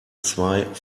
zwei